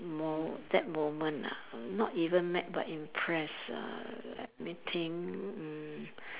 mo~ that moment ah not even mad but impressed uh let me think mm